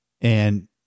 and-